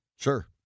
Sure